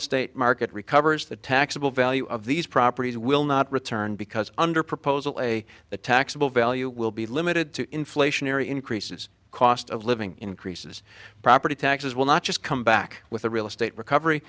estate market recovers the taxable value of these properties will not return because under proposal a the taxable value will be limited to inflationary increases cost of living increases property taxes will not just come back with a real estate recovery